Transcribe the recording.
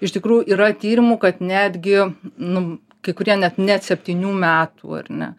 iš tikrų yra tyrimų kad netgi nu kai kurie net net septynių metų ar ne